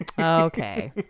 Okay